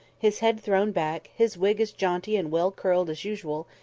his head thrown back, his wig as jaunty and well-curled as usual,